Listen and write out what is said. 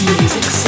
Music